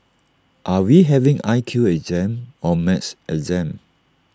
are we having I Q exam or maths exam